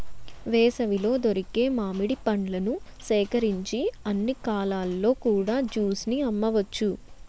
వేసవిలో దొరికే మామిడి పండ్లను సేకరించి అన్ని కాలాల్లో కూడా జ్యూస్ ని అమ్మవచ్చు